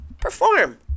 Perform